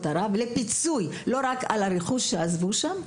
ערב לפיצוי לא רק על הרכוש שעזבו שם,